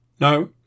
No